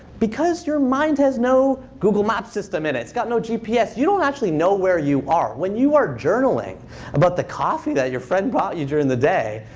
because your mind has no google maps system in it. it's got no gps. you don't actually know where you are. when you are journaling about the coffee that your friend brought you during the day,